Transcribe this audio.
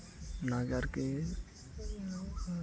ᱱᱚᱣᱟᱜᱮ ᱟᱨᱠᱤ